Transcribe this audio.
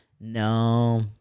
No